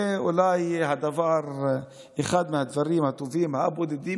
זה אולי יהיה אחד מהדברים הטובים הבודדים